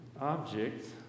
object